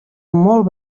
molt